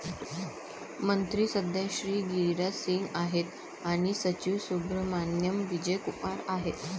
मंत्री सध्या श्री गिरिराज सिंग आहेत आणि सचिव सुब्रहमान्याम विजय कुमार आहेत